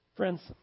Friends